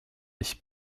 ich